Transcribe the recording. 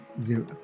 zero